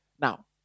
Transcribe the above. Now